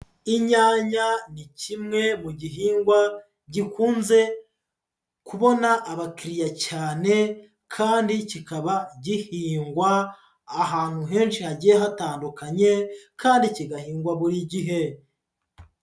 Inyanya ni kimwe mu gihingwa gikunze kubona abakiriya cyane kandi kikaba gihingwa ahantu henshi hagiye hatandukanye kandi kigahingwa buri gihe.